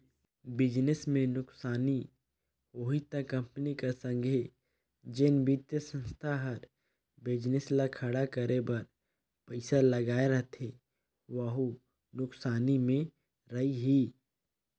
business में नुकसानी होही ता कंपनी कर संघे जेन बित्तीय संस्था हर बिजनेस ल खड़ा करे बर पइसा लगाए रहथे वहूं नुकसानी में रइही